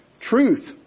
Truth